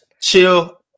Chill